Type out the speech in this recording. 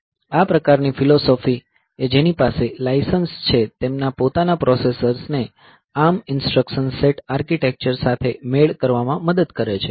આ પ્રકારની ફિલોસોફી એ જેની પાસે લાઇસન્સ છે તેમના પોતાના પ્રોસેસર્સને ARM ઇન્સટ્રકશન સેટ આર્કિટેક્ચર સાથે મેળ કરવામાં મદદ કરે છે